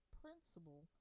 principle